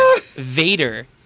Vader